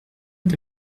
est